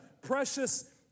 precious